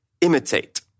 imitate